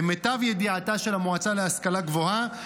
למיטב ידיעתה של המועצה להשכלה גבוהה,